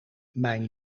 mijn